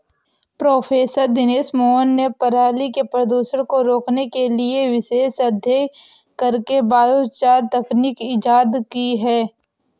professor Dinesh Mohan ने पराली के प्रदूषण को रोकने के लिए विशेष अध्ययन करके बायोचार तकनीक इजाद की है